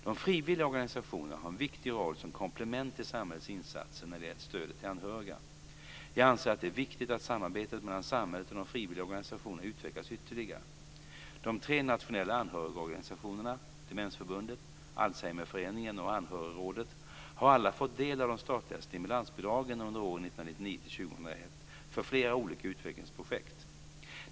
De frivilliga organisationerna har en viktig roll som komplement till samhällets insatser när det gäller stödet till anhöriga. Jag anser att det är viktigt att samarbetet mellan samhället och de frivilliga organisationerna ytterligare utvecklas. De tre nationella anhörigorganisationerna Demensförbundet, Alzheimerföreningen och Anhörigrådet har alla fått del av de statliga stimulansbidragen under år 1999-2001 för flera olika utvecklingsprojekt.